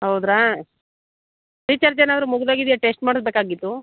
ಹಾದಾ recharge ಏನಾದ್ರೂ ಮುಗಿದೋಗಿದ್ಯ test ಮಾಡಿಸ್ಬೇಕಾಗಿತ್ತು